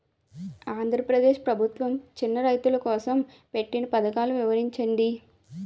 ఆంధ్రప్రదేశ్ ప్రభుత్వ చిన్నా రైతుల కోసం పెట్టిన పథకాలు వివరించండి?